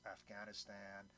Afghanistan